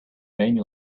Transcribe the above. many